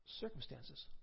circumstances